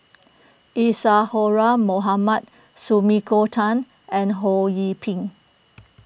Isadhora Mohamed Sumiko Tan and Ho Yee Ping